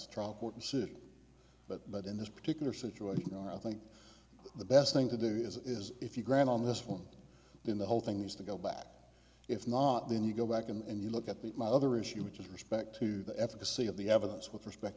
strong suit but but in this particular situation there i think the best thing to do is is if you grant on this one in the whole thing is to go back if not then you go back and you look at the other issue which is respect to the efficacy of the evidence with respect